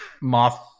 moth